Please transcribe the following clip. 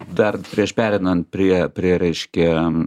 dar prieš pereinant prie prie reiškia